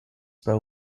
bow